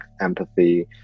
empathy